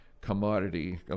commodity